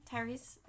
Tyrese